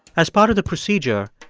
as part of the procedure,